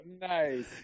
nice